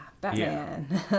batman